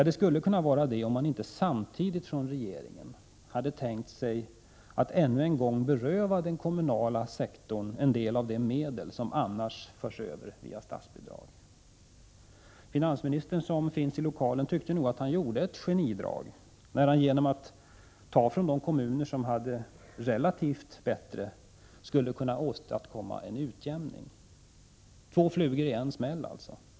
Det skulle i varje fall kunna vara det, om inte regeringen samtidigt hade tänkt sig att ännu en gång beröva den kommunala sektorn en del av de medel som annars förs över via statsbidrag. Finansministern, som nu finns här i kammaren, tyckte nog att det var ett genialiskt drag av honom att ta från de kommuner som relativt sett hade det bättre ställt för att på det sättet åstadkomma en utjämning — två flugor i en smäll alltså.